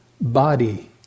body